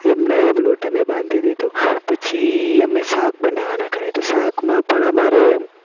એમના એમ લોટ અમે બાંધી દીધો પછી અમે શાક બનાવાના ઘરે તો શાકમાં પણ અમારે